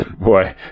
boy